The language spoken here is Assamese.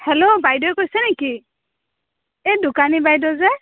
হেল্ল' বাইদেৱে কৈছে নেকি এই দোকানী বাইদেউ যে